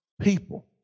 people